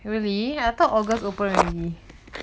really I thought august open already